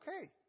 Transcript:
okay